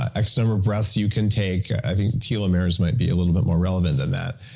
x number of breaths you can take. i think telomeres might be a little bit more relevant than that,